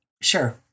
Sure